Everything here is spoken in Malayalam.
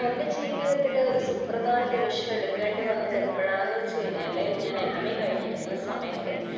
എൻ്റെ ജീവിതത്തില് ഒരു സുപ്രധാന നിമിഷം എടുക്കേണ്ടി വന്നത് എപ്പോഴാണെന്ന് വച്ച് കഴിഞ്ഞാല് ഞാൻ എം എ കഴിഞ്ഞിരിക്കുന്ന സമയത്ത്